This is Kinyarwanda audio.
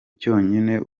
cyonyine